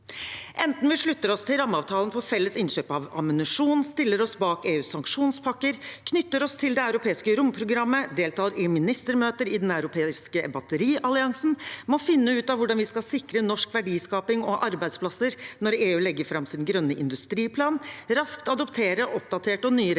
Enten vi slutter oss til rammeavtalen for felles innkjøp av ammunisjon, stiller oss bak EUs sanksjonspakker, knytter oss til det europeiske romprogrammet, deltar i ministermøter i den europeiske batterialliansen – vi må finne ut av hvordan vi skal sikre norsk verdiskaping og norske arbeidsplasser når EU legger fram sin grønne industriplan, raskt adoptere oppdaterte og nye reguleringer